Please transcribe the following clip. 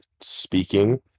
speaking